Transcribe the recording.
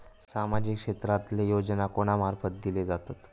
सामाजिक क्षेत्रांतले योजना कोणा मार्फत दिले जातत?